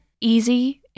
easy